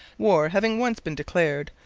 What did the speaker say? war having once been declared,